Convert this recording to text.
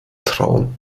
traum